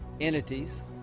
entities